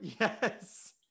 Yes